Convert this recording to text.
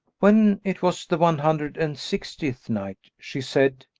when it was the one hundred and sixty-third night, she said,